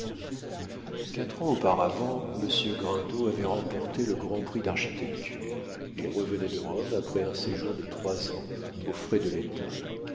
quatre ans auparavant monsieur grindot avait remporté le grand prix d'architecture il revenait de rome après un séjour de trois ans aux frais de l'état